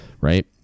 right